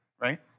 right